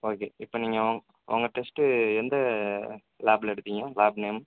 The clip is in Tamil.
ஓகே இப்போ நீங்கள் உங்க உங்கள் டெஸ்ட்டு எந்த லேப்பில் எடுத்தீங்க லேப் நேம்